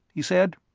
he said.